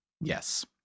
Yes